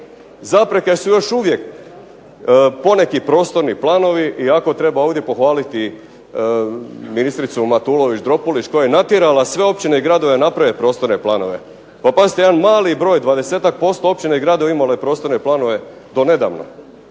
zapreke su još uvijek poneki prostorni planovi i ako treba ovdje pohvaliti ministricu Matulović Dropulić koja je natjerala sve općine i gradove da naprave prostorne planove. Pa pazite jedan mali broj 20-ak posto općina i gradova imalo je prostorne planove donedavno